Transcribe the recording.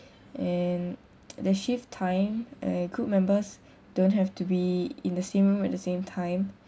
and they shave time uh group members don't have to be in the same room at the same time